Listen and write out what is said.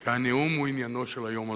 כי הנאום הוא עניינו של היום הזה.